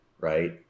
right